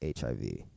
HIV